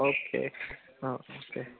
अके औ औ दे